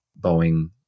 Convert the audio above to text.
Boeing